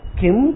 kim